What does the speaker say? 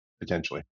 potentially